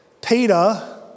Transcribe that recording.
Peter